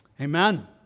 Amen